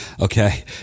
Okay